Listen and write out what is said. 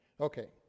Okay